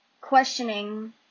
questioning